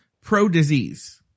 pro-disease